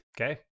Okay